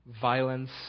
violence